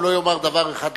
הוא לא יאמר דבר אחד לא נכון,